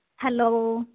hello